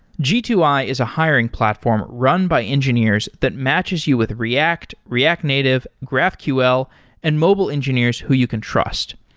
g two i is a hiring platform run by engineers that matches you with react, react native, graphql and mobile engineers who you can trust.